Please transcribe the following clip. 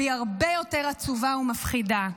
והיא הרבה יותר עצובה ומפחידה: